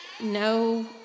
No